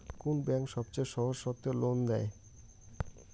কোন ব্যাংক সবচেয়ে সহজ শর্তে লোন দেয়?